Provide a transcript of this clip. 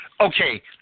Okay